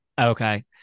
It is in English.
Okay